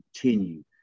continue